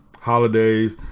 holidays